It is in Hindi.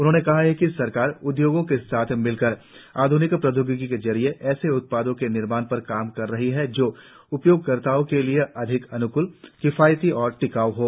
उन्होंने कहा कि सरकार उद्योगों के साथ मिलकर आध्निक प्रौद्योगिकी के जरिये ऐसे उत्पादों के निर्माण पर काम कर रही है जो उपयोगकर्ताओं के लिए अधिक अन्कूल किफायती और टिकाऊ हों